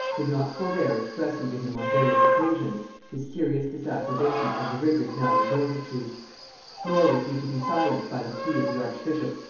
could not forbear expressing to him on various occasions his serious disapprobation of the rigors now resorted to nor was he to be silenced by the plea of the archbishop,